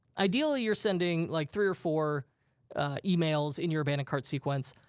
ideally you're sending like three or four emails in your abandoned cart sequence.